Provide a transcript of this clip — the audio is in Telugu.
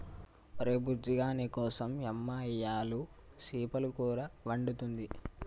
ఒరే బుజ్జిగా నీకోసం యమ్మ ఇయ్యలు సేపల కూర వండుతుంది